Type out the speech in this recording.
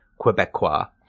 Quebecois